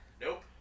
Nope